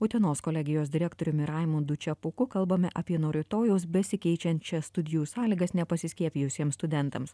utenos kolegijos direktoriumi raimundu čepuku kalbame apie nuo rytojaus besikeičiančias studijų sąlygas nepasiskiepijusiems studentams